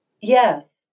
Yes